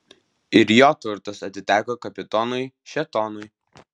ir jo turtas atiteko kapitonui šėtonui